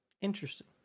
Interesting